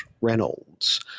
Reynolds